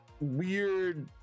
weird